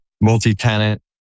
multi-tenant